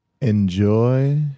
enjoy